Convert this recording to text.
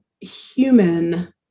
human